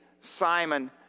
Simon